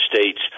states